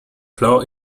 flaw